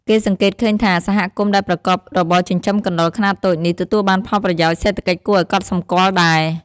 គេសង្កេតឃើញថា សហគមន៍ដែលប្រកបរបរចិញ្ចឹមកណ្តុរខ្នាតតូចនេះ ទទួលបានផលប្រយោជន៍សេដ្ឋកិច្ចគួរឱ្យកត់សម្គាល់ដែរ។